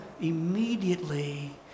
immediately